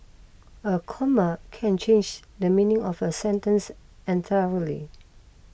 a comma can change the meaning of a sentence entirely